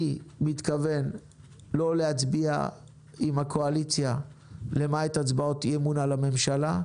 אני מתכוון לא להצביע עם הקואליציה למעט הצבעות אי אמון בממשלה.